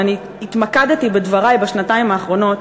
ואני התמקדתי בדברי בשנתיים האחרונות,